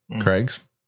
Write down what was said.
Craig's